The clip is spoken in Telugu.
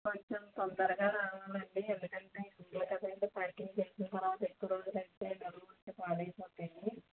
కొంచెం తొందరగా రావాలండి ఎందుకంటే ఇది పెద్దపెద్ద పెట్టిన తర్వాత ఎక్కువ రోజులు అయితే నిలవ ఉంటే పాడైపోతాయి